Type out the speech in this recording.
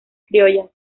criollas